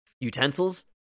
Utensils